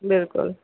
بلکُل